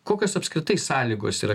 kokios apskritai sąlygos yra